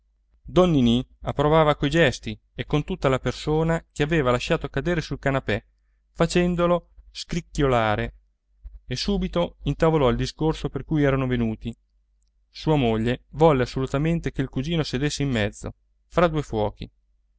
don ninì approvava coi gesti e con tutta la persona che aveva lasciato cadere sul canapè facendolo scricchiolare e subito intavolò il discorso per cui erano venuti sua moglie volle assolutamente che il cugino sedesse in mezzo fra due fuochi